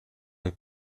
een